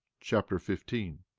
chapter fifteen